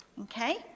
Okay